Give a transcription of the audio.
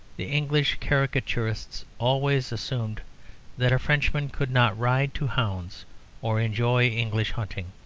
the english caricaturists always assumed that a frenchman could not ride to hounds or enjoy english hunting.